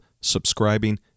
subscribing